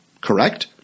correct